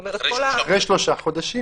זאת אומרת -- אחרי שלושה חודשים.